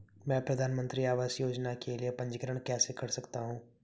मैं प्रधानमंत्री आवास योजना के लिए पंजीकरण कैसे कर सकता हूं?